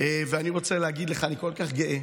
ואני רוצה להגיד לך שאני כל כך גאה.